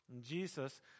Jesus